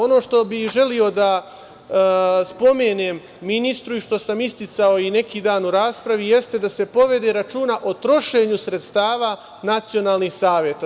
Ono što bih želeo da spomenem ministru i što sam isticao i pre neki dan u raspravi jeste da se povede računa o trošenju sredstava nacionalnih saveta.